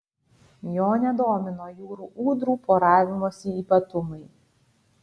jo nedomino jūrų ūdrų poravimosi ypatumai